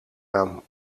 aan